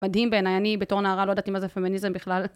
מדהים בעיניי אני בתור נערה לא ידעתי מה זה פמיניזם בכלל